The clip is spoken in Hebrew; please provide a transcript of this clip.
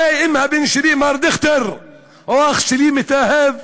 הרי אם הבן שלי, מר דיכטר, או אח שלי, מתאהב